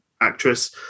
actress